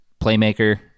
playmaker